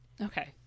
Okay